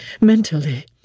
Mentally